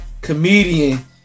comedian